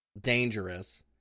dangerous